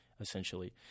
essentially